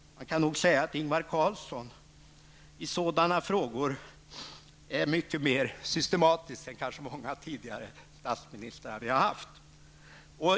Jag kan nog säga att Ingvar Carlsson i sådana frågor är mycket mer systematisk än många tidigare statsministrar som vi har haft.